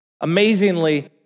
Amazingly